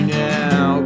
now